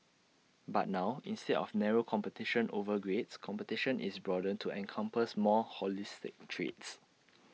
but now instead of narrow competition over grades competition is broadened to encompass more holistic traits